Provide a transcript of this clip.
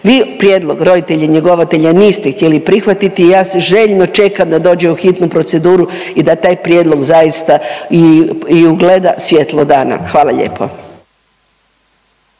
Vi prijedlog roditelja njegovatelja niste htjeli prihvatiti i ja se željno čekam da dođe u hitnu proceduru i da taj prijedlog zaista i ugleda svjetlo dana. Hvala lijepo.